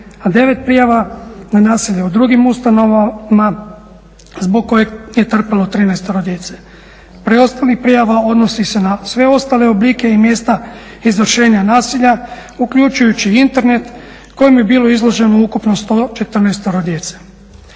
a 9 prijava na nasilje u drugim ustanovama zbog kojeg je trpilo 13 djece. Preostalih prijava odnosi se na sve ostale oblike i mjesta izvršenja nasilja uključujući i Internet kojem je bilo izloženo ukupno 114 djece.